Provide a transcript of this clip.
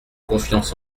confiance